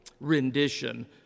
rendition